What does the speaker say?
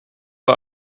our